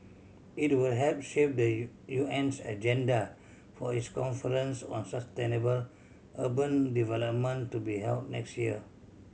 it will help shape the U UN's agenda for its conference on sustainable urban development to be held next year